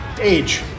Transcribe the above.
age